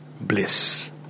bliss